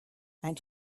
and